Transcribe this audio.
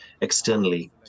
externally